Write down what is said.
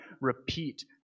repeat